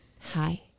Hi